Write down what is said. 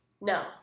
no